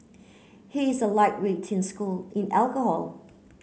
he is a lightweight in school in alcohol